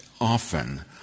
often